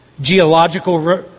geological